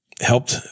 helped